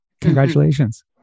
Congratulations